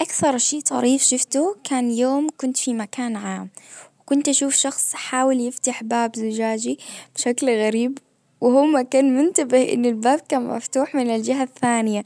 اكثر شي طريف شفته كان يوم كنت في مكان عام. كنت اشوف شخص حاول يفتح باب زجاجي بشكل غريب. وهو ما كان منتبه ان الباب كان مفتوح من الجهة الثانية.